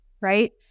right